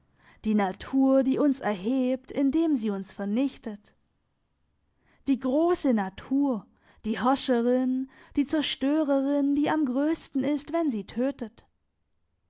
die natur die uns erhebt indem sie uns vernichtet die grosse natur die herrscherin die zerstörerin die am grössten ist wenn sie tötet